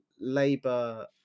Labour